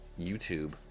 YouTube